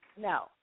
No